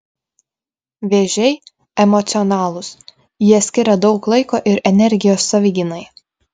vėžiai emocionalūs jie skiria daug laiko ir energijos savigynai